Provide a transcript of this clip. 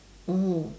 mmhmm